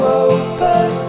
open